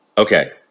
Okay